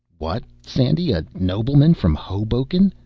what, sandy, a nobleman from hoboken?